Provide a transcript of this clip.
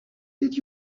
did